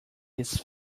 his